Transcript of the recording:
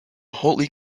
hotly